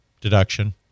deduction